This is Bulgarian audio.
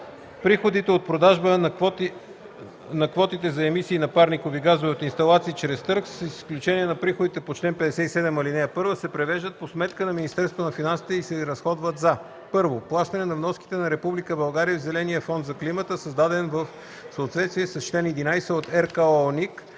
Приходите от продажбата на квотите за емисии на парникови газове от инсталации чрез търг, с изключение на приходите по чл. 57, ал. 1, се превеждат по сметка на Министерството на финансите и се разходват за: 1. плащане на вноските на Република България в Зеления фонд за климата, създаден в съответствие с чл. 11 от РКООНИК,